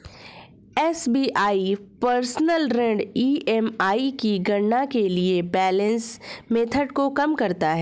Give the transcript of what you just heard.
SBI personal ऋण EMI की गणना के लिए बैलेंस मेथड को कम करता है